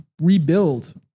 rebuild